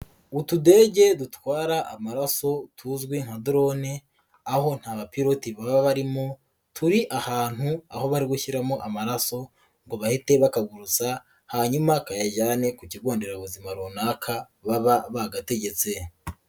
Utudege dutwara amaraso tuzwi nka drone, aho nta bapilote baba barimo, turi ahantu, aho bari gushyiramo amaraso, ngo bahite bakagururuka, hanyuma kayajyane ku kigonderabuzima runaka, baba bagategetse.